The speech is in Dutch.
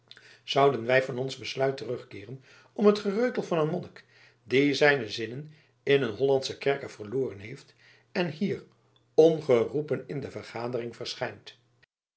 zouden wij van ons besluit terugkeeren om het gereutel van een monnik die zijne zinnen in een hollandschen kerker verloren heeft en hier ongeroepen in de vergadering verschijnt